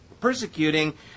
persecuting